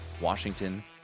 Washington